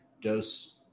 dose